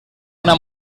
una